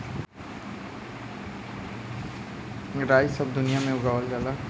राई सब दुनिया में उगावल जाला